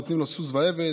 נותנים לו סוס ועבד.